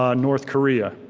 um north korea.